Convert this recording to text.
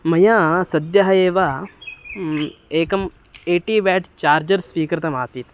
मया सद्यः एव एकम् एटि बेड् चार्जर् स्वीकृतमासीत्